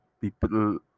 people